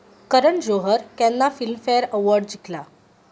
करण जोहर केन्ना Filmfare award जिंखला